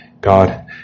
God